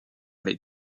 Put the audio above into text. les